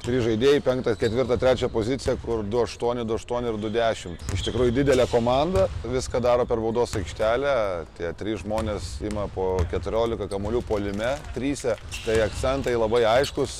trys žaidėjai penktą ketvirtą trečią poziciją kur du aštuoni du aštuoni ir du dešimt iš tikrųjų didelė komanda viską daro per baudos aikštelę tie trys žmonės ima po keturiolika kamuolių puolime tryse štai akcentai labai aiškūs